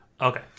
okay